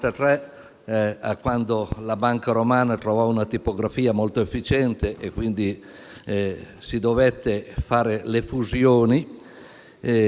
quando la Banca romana trovò una tipografia molto efficiente e si dovettero disporre le fusioni,